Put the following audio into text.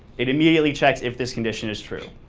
it immediately checks if this condition is true.